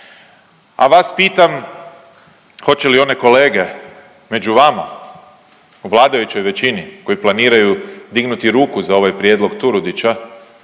A vas pitam, hoće li one kolege među vama u vladajućoj većini koji planiraju dignuti ruku za ovaj prijedlog Turudića,